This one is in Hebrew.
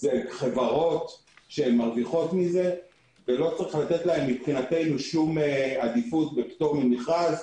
זה חברות שמרוויחות מזה ולא צריך לתת להן מבחינתנו עדיפות ופטור ממכרז.